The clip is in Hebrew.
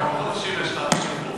כמה חודשים יש לך עד השחרור?